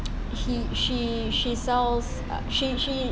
he she she sells she she